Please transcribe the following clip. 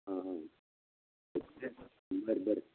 ಹಾಂ ಹಾಂ ಇದ್ದರೆ ಇದ್ದಾರೆ